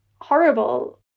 horrible